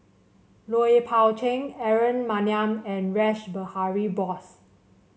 Lui Pao Chuen Aaron Maniam and Rash Behari Bose